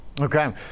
Okay